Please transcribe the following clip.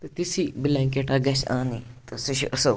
تہٕ تِژھٕے بلینٛکیٚٹہ گَژھہِ آنٕنۍ تہٕ سۄ چھِ اصٕل